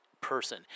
person